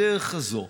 הדרך הזאת.